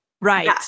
Right